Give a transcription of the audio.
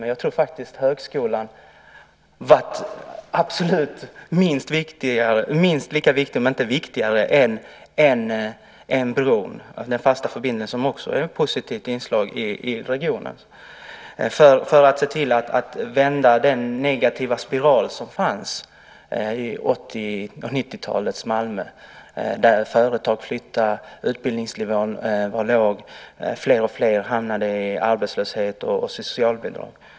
Men jag tror faktiskt att högskolan har varit minst lika viktig om inte viktigare än bron - den fasta förbindelse som också är ett positivt inslag i regionen - när det gäller att vända den negativa spiral som fanns i 80 och 90-talens Malmö. Då flyttade företag. Utbildningsnivån var låg, och fler och fler hamnade i arbetslöshet och socialbidrag.